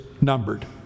numbered